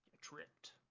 tripped